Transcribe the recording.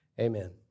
Amen